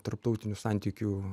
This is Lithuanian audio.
tarptautinių santykių